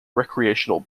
recreational